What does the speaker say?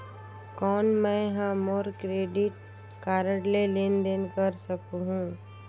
कौन मैं ह मोर क्रेडिट कारड ले लेनदेन कर सकहुं?